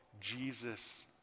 Jesus